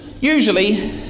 usually